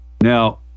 Now